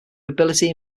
ability